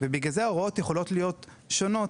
ובגלל זה ההוראות יכולות להיות שונות.